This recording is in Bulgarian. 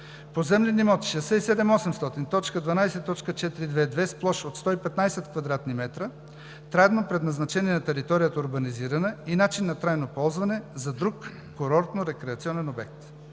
Поземлен имот № 67800.12.422 с площ от 115 кв. м, трайно предназначение на територията: урбанизирана, и начин на трайно ползване: за друг курортно-рекреационен обект.